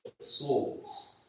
souls